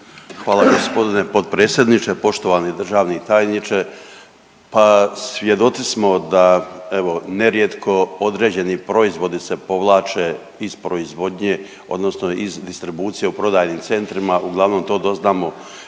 Hvala g. potpredsjedniče. Poštovani državni tajniče, pa svjedoci smo da evo nerijetko određeni proizvodi se povlače iz proizvodnje odnosno iz distribucije u prodajnim centrima, uglavnom to doznamo